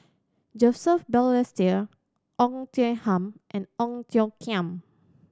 Joseph Balestier Oei Tiong Ham and Ong Tiong Khiam